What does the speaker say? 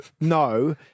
no